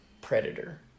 Predator